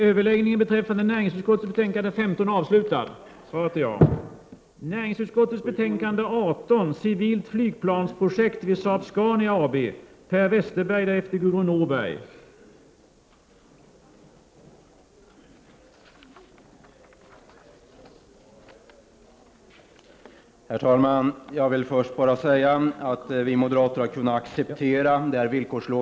Herr talman! Vi moderater har kunnat acceptera det här villkorslånet till Saab-Scania med anledning av att den typen av lån endast kan lämnas av = Prot.